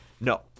No